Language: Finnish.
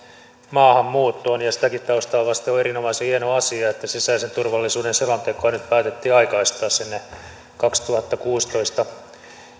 maahanmuuttoon ja sitäkin taustaa vasten on erinomaisen hieno asia että sisäisen turvallisuuden selontekoa nyt päätettiin aikaistaa sinne kaksituhattakuusitoista